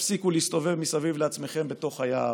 תפסיקו להסתובב מסביב לעצמכם בתוך היער.